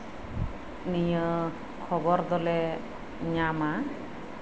ᱱᱤᱭᱟᱹ ᱠᱷᱚᱵᱚᱨ ᱫᱚᱞᱮ ᱧᱟᱢᱟ